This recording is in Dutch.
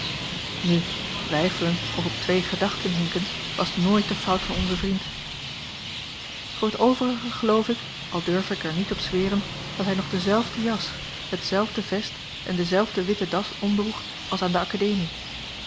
nu weifelen of op twee gedachten hinken was nooit de fout van onzen vriend voor t overige geloof ik al durf ik er niet op zweren dat hij nog dezelfde jas hetzelfde vest en denzelfden witten das omdroeg als aan de akademie